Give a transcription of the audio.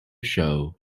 show